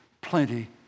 plenty